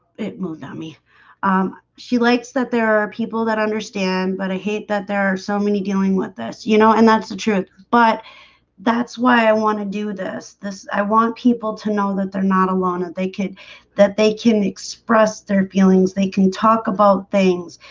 it moved on me she likes that there are people that understand but i hate that there are so many dealing with this, you know and that's the truth but that's why i want to do this this i want people to know that they're not alone that they could that they can express their feelings they can talk about things